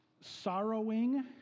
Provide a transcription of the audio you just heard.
sorrowing